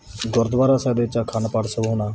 ਗੁਰਦੁਆਰਾ ਸਾਹਿਬ ਵਿੱਚ ਅਖੰਡ ਪਾਠ ਸਾਹਿਬ ਹੋਣਾ